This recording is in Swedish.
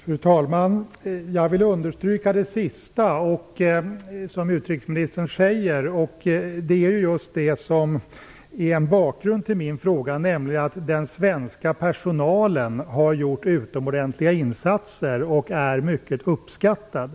Fru talman! Jag vill understryka det sista som utrikesministern sade. Det är också en bakgrund till min fråga. Den svenska personalen har gjort utomordentliga insatser och är mycket uppskattad.